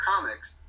comics